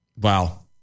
Wow